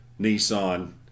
Nissan